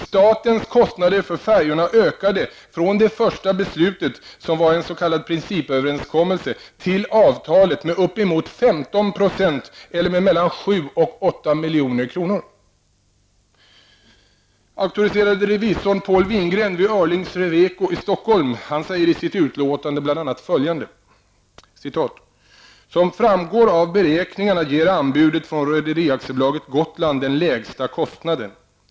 Statens kostnader för färjorna ökade från det första beslutet, som var en s.k. principöverenskommelse, till avtalet med uppemot 15 % eller med mellan 7 och 8 milj.kr. Reveko i Stockholm säger i sitt utlåtande bl.a. ''Som framgår av beräkningarna -- ger anbudet från Rederi AB Gotland den lägsta kostnaden.